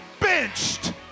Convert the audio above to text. benched